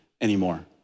anymore